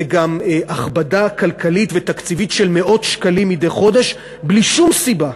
זה גם הכבדה כלכלית ותקציבית של מאות שקלים מדי חודש בלי שום סיבה.